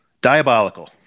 diabolical